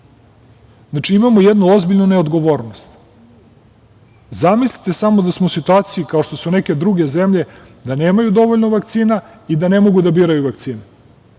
Znači, imamo jednu ozbiljnu ne odgovornost. Zamislite samo da smo u situaciji, kao što su neke druge zemlje da nemaju dovoljno vakcina i da ne mogu da biraju vakcine.